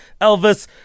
Elvis